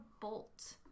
Bolt